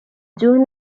june